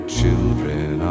children